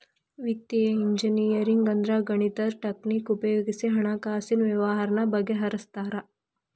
ವಿತ್ತೇಯ ಇಂಜಿನಿಯರಿಂಗ್ ಅಂದ್ರ ಗಣಿತದ್ ಟಕ್ನಿಕ್ ಉಪಯೊಗಿಸಿ ಹಣ್ಕಾಸಿನ್ ವ್ಯವ್ಹಾರಾನ ಬಗಿಹರ್ಸ್ತಾರ